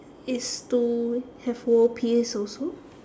it's to have world peace also